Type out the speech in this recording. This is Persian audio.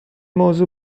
موضوع